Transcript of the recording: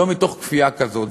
לא מתוך כפייה כזו.